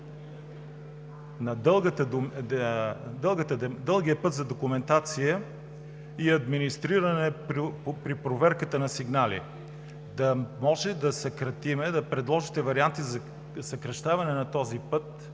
на дългия път за документация и администриране при проверката на сигнали, да може да го съкратим, да предложите варианти за съкращаване на този път,